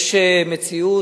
יש מציאות,